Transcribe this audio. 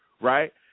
right